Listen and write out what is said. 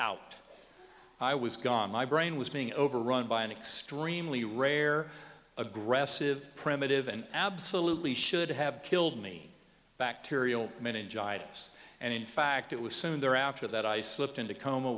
out i was gone my brain was being overrun by an extremely rare aggressive primitive and absolutely should have killed me bacterial meningitis and in fact it was soon thereafter that i slipped into a coma